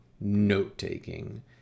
note-taking